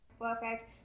Perfect